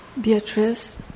Beatrice